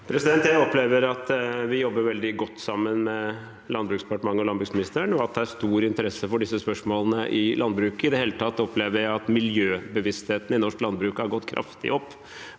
Jeg opplever at vi jobber veldig godt sammen med Landbruksdepartementet og landbruksministeren, og at det er stor interesse for disse spørsmålene i landbruket. I det hele tatt opplever jeg at miljøbevisstheten i norsk landbruk har gått kraftig opp,